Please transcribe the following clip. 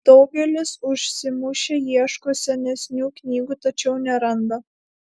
daugelis užsimušę ieško senesnių knygų tačiau neranda